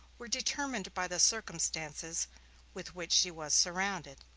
were determined by the circumstances with which she was surrounded,